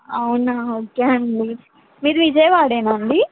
అవునా ఓకే ఆండి మీది విజయవాడేనా ఆండి